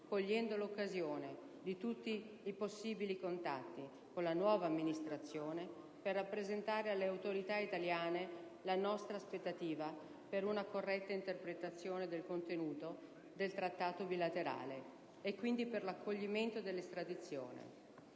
cogliendo l'occasione di tutti i possibili contatti con la nuova Amministrazione per rappresentare alle autorità brasiliane la nostra aspettativa per una corretta interpretazione del contenuto del Trattato bilaterale, e quindi per l'accoglimento dell'estradizione.